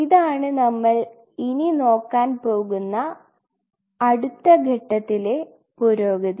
ഇതാണ് നമ്മൾ ഇനി നോക്കാൻ പോകുന്ന അടുത്ത ഘട്ടത്തിലെ പുരോഗതി